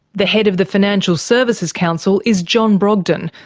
the head of the financial services council is john brogden,